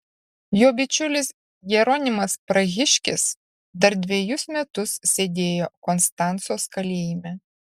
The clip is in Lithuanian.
jo bičiulis jeronimas prahiškis dar dvejus metus sėdėjo konstancos kalėjime